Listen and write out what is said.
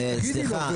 תגידי לו,